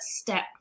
step